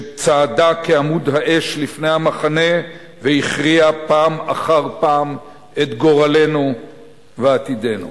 שצעדה כעמוד האש לפני המחנה והכריעה פעם אחר פעם את גורלנו ועתידנו.